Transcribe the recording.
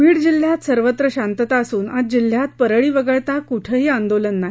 बीड जिल्ह्यात सर्वत्र शांतता असून आज जिल्ह्यात परळी वगळता कुठेही आंदोलन नाही